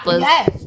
Yes